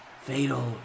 fatal